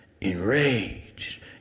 enraged